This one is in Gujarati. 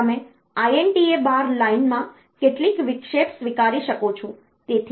પછી તમે INTA બાર લાઇન માં કેટલાક વિક્ષેપ સ્વીકારી શકો છો